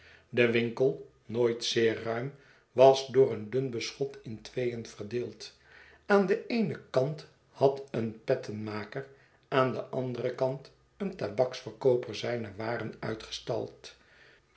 de winkel nooit zeer ruim was door een dun beschot in tweeen verdeeld aan den eenen kant had een pettenmaker aan den anderen kant een tabaksverkooper zijne waren uitgestald